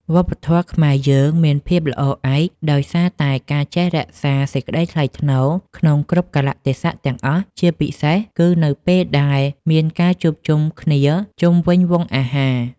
វប្បធម៌ខ្មែរយើងមានភាពល្អឯកដោយសារតែការចេះរក្សាសេចក្តីថ្លៃថ្នូរក្នុងគ្រប់កាលៈទេសៈទាំងអស់ ជាពិសេស គឺ នៅពេលដែលមានការជួបជុំគ្នាជុំវិញវង់អាហារ។